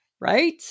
Right